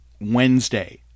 Wednesday